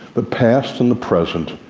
the past and the present,